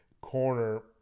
corner